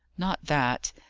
not that.